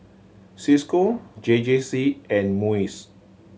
Cisco J J C and MUIS